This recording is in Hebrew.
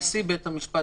נשיא בית המשפט